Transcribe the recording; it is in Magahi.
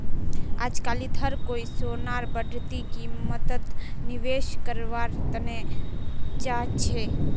अजकालित हर कोई सोनार बढ़ती कीमतत निवेश कारवार तने चाहछै